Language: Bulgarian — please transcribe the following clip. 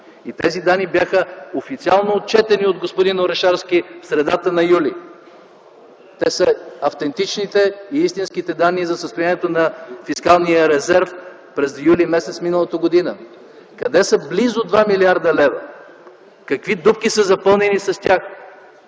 И тези данни бяха официално отчетени от господин Орешарски в средата на м. юли. Те са автентичните и истинските данни за състоянието на фискалния резерв през м. юли миналата година. Къде са близо 2 млрд. лв.?! Какви дупки са запълнени с тях?!